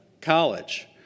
college